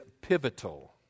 pivotal